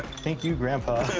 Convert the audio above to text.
thank you, grandpa.